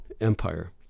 empire